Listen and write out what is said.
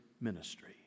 ministry